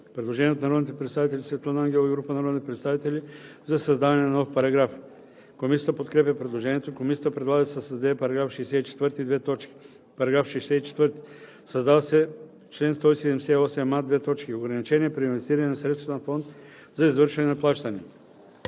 предложение от народния представител Светлана Ангелова и група народни представители за създаване на нов параграф. Комисията подкрепя предложението. Комисията предлага да се създаде § 64: „§ 64. Създава се чл. 178а: „Ограничения при инвестиране на средствата на фонд за извършване на плащания